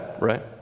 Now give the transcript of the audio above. right